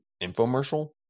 infomercial